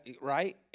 right